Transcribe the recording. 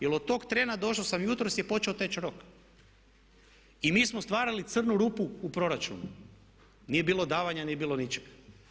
Jer od tog trena došao sam jutros je počeo teći rok i mi smo stvarali crnu rupu u proračunu, nije bilo davanja, nije bilo ničeg.